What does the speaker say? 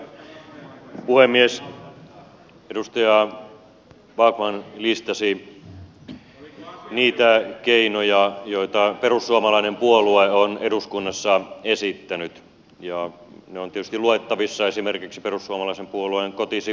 edustaja backman listasi niitä keinoja joita perussuomalainen puolue on eduskunnassa esittänyt ja ne ovat tietysti luettavissa esimerkiksi perussuomalaisen puolueen kotisivuilta